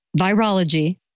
Virology